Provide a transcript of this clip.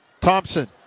Thompson